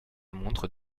montre